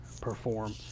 perform